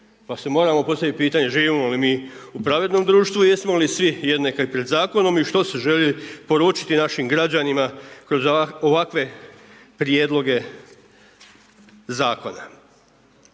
Pa si moramo postaviti pitanje živimo li mi u pravednom društvu i jesmo li svi jednaki pred zakonom i što se želi poručiti našim građanima kroz ovakve prijedloge zakona.